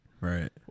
Right